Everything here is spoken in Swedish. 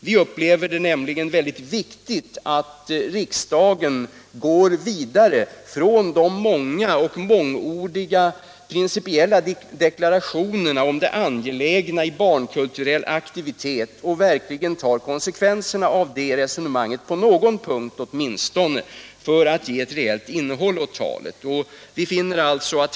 Vi upplever det som mycket viktigt att riksdagen går vidare från de många och mångordiga principiella deklarationerna om angelägenheten av barnkulturell aktivitet och verkligen tar konsekvenserna av det talet på någon punkt och ger ett reellt innehåll åt det talet.